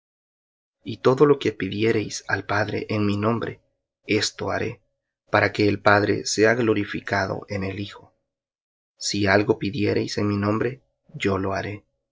y todo lo que pidiereis al padre en mi nombre esto haré para que el padre sea glorificado en el hijo si algo pidiereis en mi nombre yo lo haré